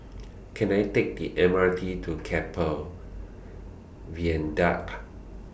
Can I Take The M R T to Keppel Viaduct